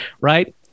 right